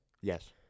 Yes